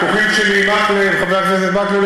הוויכוחים שלי עם חבר הכנסת מקלב,